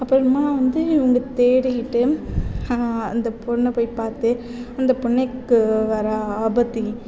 அப்புறமா வந்து இவங்க தேடிகிட்டு அந்த பொண்ணை போய் பார்த்து அந்த பொண்ணுக்கு வர ஆபத்து